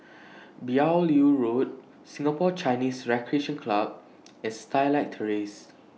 Beaulieu Road Singapore Chinese Recreation Club and Starlight Terrace